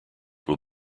will